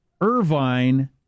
Irvine